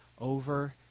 over